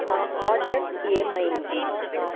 నా ఆర్డర్ ఏమైంది